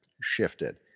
shifted